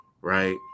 right